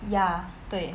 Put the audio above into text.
ya 对